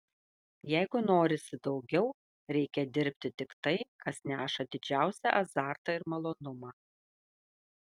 jeigu norisi daugiau reikia dirbti tik tai kas neša didžiausią azartą ir malonumą